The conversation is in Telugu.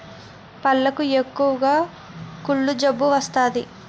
పళ్లకు ఎక్కువగా కుళ్ళు జబ్బు వస్తాది